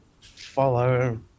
follow